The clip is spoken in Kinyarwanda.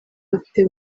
afite